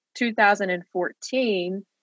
2014